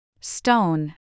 Stone